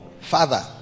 father